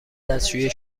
دستشویی